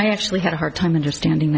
i actually had a hard time understanding